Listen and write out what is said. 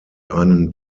einen